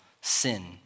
sin